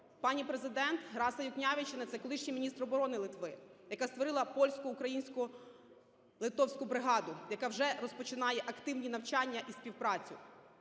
пані Президент Раса Юкнявічене колишній міністр оборони Литви, яка створила польсько-українсько-литовську бригаду, яка вже розпочинає активні навчання і співпрацю.